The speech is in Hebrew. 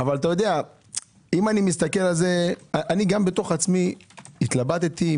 אבל גם אני בתוך עצמי התלבטתי,